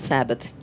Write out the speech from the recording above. Sabbath